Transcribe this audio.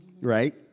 right